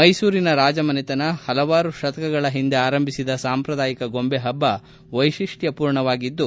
ಮೈಸೂರಿನ ರಾಜಮನೆತನ ಹಲವಾರು ಶತಕಗಳ ಹಿಂದೆ ಆರಂಭಿಸಿದ ಸಾಂಪ್ರದಾಯಕ ಗೊಂದೆ ಹಬ್ಬ ವೈಶಿಷ್ಟಪೂರ್ಣವಾಗಿದ್ದು